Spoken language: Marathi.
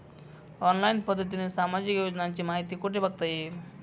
ऑनलाईन पद्धतीने सामाजिक योजनांची माहिती कुठे बघता येईल?